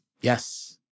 Yes